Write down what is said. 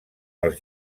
els